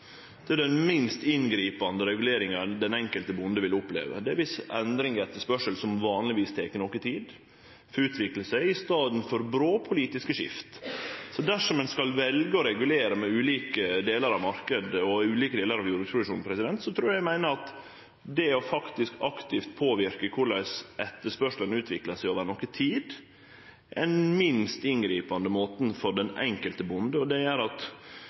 Den minst inngripande reguleringa den enkelte bonde vil oppleve, er dersom endring i etterspørselen – som vanlegvis tek noko tid – får utvikle seg, i staden for brå politiske skift. Dersom ein skal velje å regulere ulike delar av marknaden og jordbruksproduksjonen, meiner eg at å påverke aktivt korleis etterspørselen utviklar seg over noko tid, er den minst inngripande måten for den enkelte bonde. Og i valet mellom kryssande omsyn og kva ein skal regulere, trur eg ikkje det